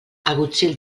agutzil